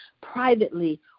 privately